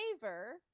favor